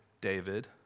David